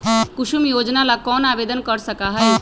कुसुम योजना ला कौन आवेदन कर सका हई?